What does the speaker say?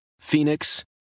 Phoenix